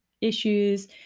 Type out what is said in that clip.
issues